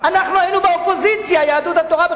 אנחנו היינו באופוזיציה, יהדות התורה.